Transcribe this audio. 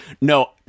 no